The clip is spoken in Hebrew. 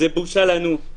זו בושה לנו,